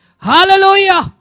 Hallelujah